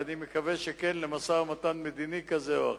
ואני מקווה שכן, למשא-ומתן מדיני כזה או אחר.